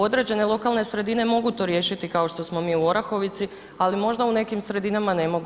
Određene lokalne sredine mogu to riješiti kao što smo mi u Orahovici, ali možda u nekim sredinama ne mogu.